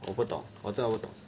我不懂我真的不懂